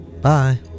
bye